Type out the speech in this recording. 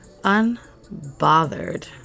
unbothered